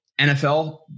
NFL